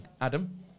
adam